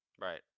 Right